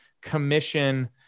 commission